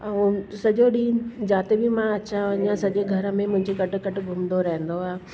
ऐं सॼो ॾींहुं जाते बि मां अचा वञा सॼे घर में मुंहिंजे गॾु गॾु घुमंदो रहंदो आहे